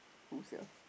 who sia